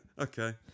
okay